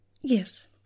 Yes